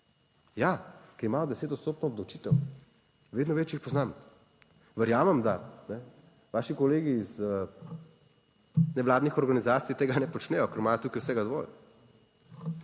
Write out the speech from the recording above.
ja, kjer imajo 10 odstotno obdavčitev, vedno več jih poznam. Verjamem, da vaši kolegi iz nevladnih organizacij tega ne počnejo, ker imajo tukaj vsega dovolj.